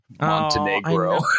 Montenegro